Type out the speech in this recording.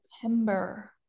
september